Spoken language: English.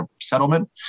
settlement